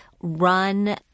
run